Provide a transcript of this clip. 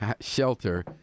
shelter